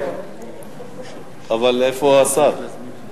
אבל איפה השר?